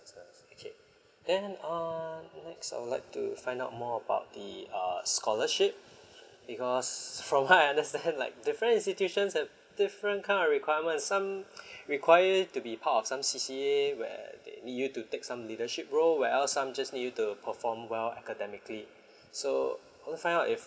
that's uh then uh next I would like to find out more about the err scholarship because from what I understand like different institutions have different kind of requirements some require you to be part of some C_C_A where they need you to take some leadership role well some just need you to perform well academically so I want to find out if